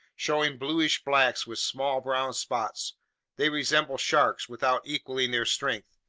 showing bluish backs with small brown spots they resemble sharks, without equaling their strength,